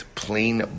plain